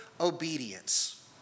obedience